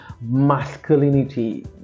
masculinity